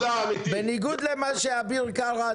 בניגוד לאביר קארה,